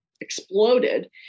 exploded